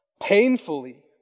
painfully